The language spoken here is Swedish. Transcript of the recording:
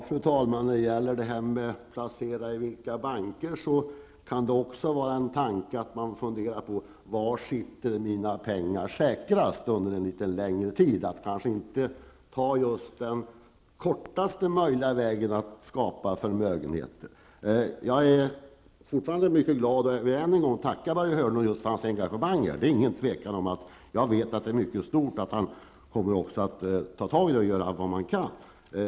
Fru talman! När det gäller frågan om i vilka banker man kommer att placera pengarna kan det också finnas anledning att fundera: Var är mina pengar säkrast under en litet längre tid? Man kanske inte skall ta den kortaste möjliga vägen för att skapa förmögenheter. Jag är mycket glad över och vill tacka Börje Hörnlund för hans engagemang. Det är inget tvivel om att det är mycket stort, och jag vet att han kommer att gripa sig an frågan och göra vad han kan.